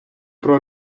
про